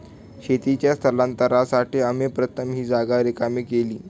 शेतीच्या स्थलांतरासाठी आम्ही प्रथम ही जागा रिकामी केली